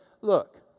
Look